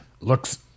Looks